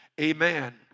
Amen